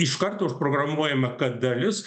iš karto užprogramuojama kad dalis